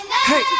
hey